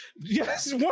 yes